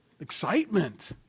Excitement